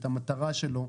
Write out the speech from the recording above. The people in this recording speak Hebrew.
את המטרה שלו,